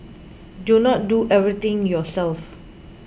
do not do everything yourself